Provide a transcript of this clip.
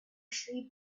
tree